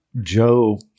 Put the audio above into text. Joe